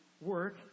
work